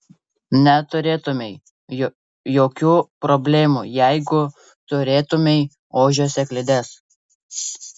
neturėtumei jokių problemų jeigu turėtumei ožio sėklides